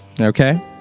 okay